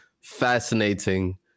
fascinating